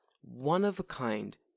one-of-a-kind